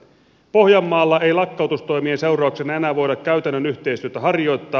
pohjanmaalla ei lakkautustoimien seurauksena enää voida käytännön yhteistyötä harjoittaa